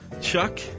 Chuck